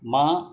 মা